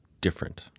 different